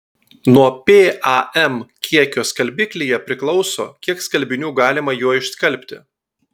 nuo pam kiekio skalbiklyje priklauso kiek skalbinių galima juo išskalbti